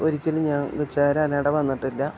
ഒരിക്കലും ഞാൻ ചേരാൻ ഇട വന്നിട്ടില്ല